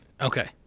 Okay